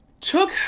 took